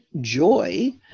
joy